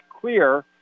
clear